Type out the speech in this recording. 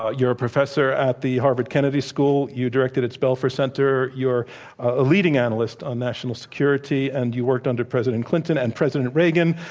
ah you're a professor at the harvard kennedy school. you directed its belfer center. you are a leading analyst on national security, and you worked under president clinton and president reagan.